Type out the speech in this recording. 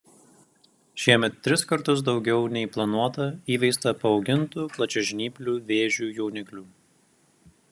šiemet tris kartus daugiau nei planuota įveista paaugintų plačiažnyplių vėžių jauniklių